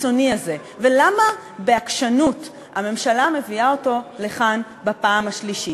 הקיצוני הזה ולמה הממשלה בעקשנות מביאה אותו לכאן בפעם השלישית?